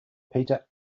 peter